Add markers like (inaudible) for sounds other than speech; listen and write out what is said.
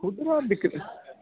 (unintelligible) दिक्कत है